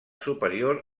superior